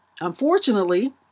unfortunately